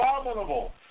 abominable